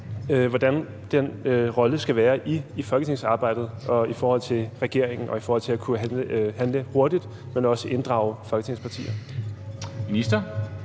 rolle skal være i folketingsarbejdet, både i forhold til regeringen og i forhold til at kunne handle hurtigt, men også at inddrage Folketingets partier? Kl.